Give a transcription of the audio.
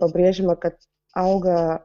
pabrėžiama kad auga